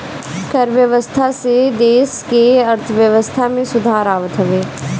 कर व्यवस्था से देस के अर्थव्यवस्था में सुधार आवत हवे